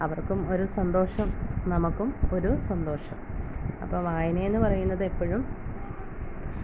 അവർക്കും ഒരു സന്തോഷം നമുക്കും ഒരു സന്തോഷം അപ്പം വായനയെന്ന് പറയുന്നത് എപ്പോഴും